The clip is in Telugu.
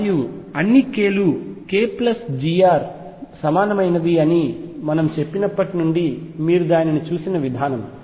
మరియు అన్ని k లు k ప్లస్ g r సమానమైనవి అని మేము చెప్పినప్పటి నుండి మీరు దానిని చూసిన విధానం